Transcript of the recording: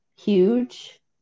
Huge